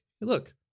look